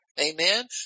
Amen